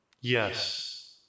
Yes